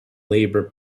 labour